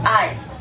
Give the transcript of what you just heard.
eyes